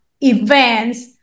events